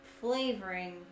flavoring